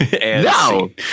No